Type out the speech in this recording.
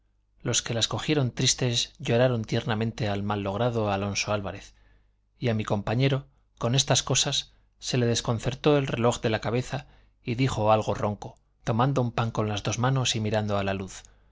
los que las cogieron tristes lloraron tiernamente al mal logrado alonso álvarez y a mi compañero con estas cosas se le